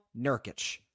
Nurkic